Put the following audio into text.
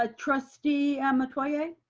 ah trustee metoyer.